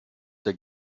der